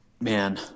man